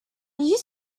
you